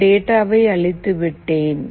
நான் டேட்டாவை அழித்துவிட்டேன்